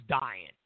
dying